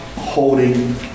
Holding